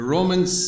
Romans